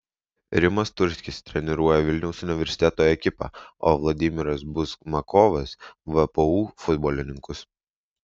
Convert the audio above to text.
rimas turskis treniruoja vilniaus universiteto ekipą o vladimiras buzmakovas vpu futbolininkus